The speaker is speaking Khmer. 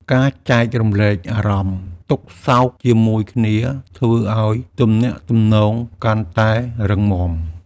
ការចែករំលែកអារម្មណ៍ទុក្ខសោកជាមួយគ្នាធ្វើឱ្យទំនាក់ទំនងកាន់តែរឹងមាំ។